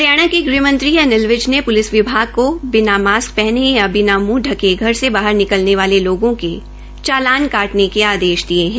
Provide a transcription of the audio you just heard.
हरियाणा के गृहमंत्रीअनिल विज ने पूलिस विभाग को बिना मास्क पहने या बिना मुंह ढके से बाहर निकलने वाले लोगों के चालान काटने के आदेश दिये है